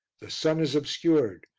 the sun is obscured,